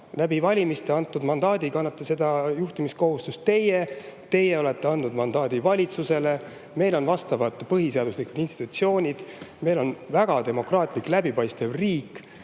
Valimistel antud mandaadi kaudu kannate juhtimiskohustust teie. Teie olete andnud mandaadi valitsusele. Meil on vastavad põhiseaduslikud institutsioonid, meil on väga demokraatlik läbipaistev riik.